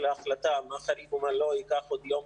של ההחלטה מה חריג ומה לא ייקח עוד יום,